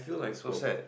you suppose